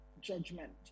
judgment